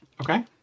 Okay